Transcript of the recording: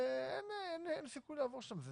שאין סיכוי לעבור שם.